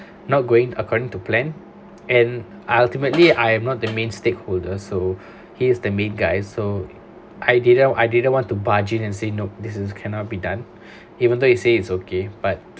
not going according to plan and ultimately I'm not the main stakeholders so he is the main guy so I didn't I didn't want to buzzing and say nope this is cannot be done even though you say it's okay but